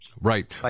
right